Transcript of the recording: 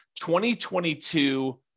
2022